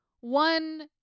one